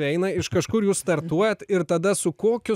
eina iš kažkur jūs startuojat ir tada su kokiu